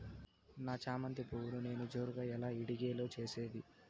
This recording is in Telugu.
నా చామంతి పువ్వును నేను జోరుగా ఎలా ఇడిగే లో చేసేది?